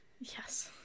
Yes